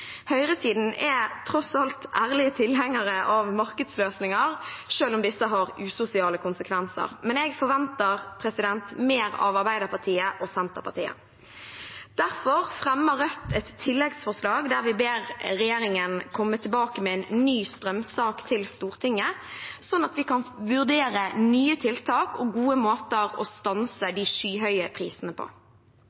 Høyresiden er tross alt ærlige tilhengere av markedsløsninger selv om disse har usosiale konsekvenser. Men jeg forventer mer av Arbeiderpartiet og Senterpartiet. Derfor fremmer Rødt et tilleggsforslag der vi ber regjeringen komme tilbake til Stortinget med en ny strømsak, sånn at vi kan vurdere nye tiltak og gode måter å stanse